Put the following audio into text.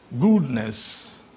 goodness